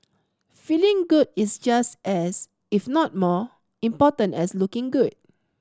feeling good is just as if not more important as looking good